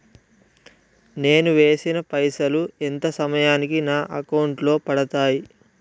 నేను వేసిన పైసలు ఎంత సమయానికి నా అకౌంట్ లో పడతాయి?